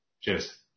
Cheers